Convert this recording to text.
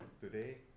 Today